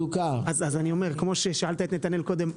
כמו ששאלת קודם את נתנאל,